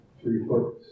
three-foot